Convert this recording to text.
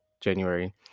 January